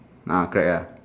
ah correct lah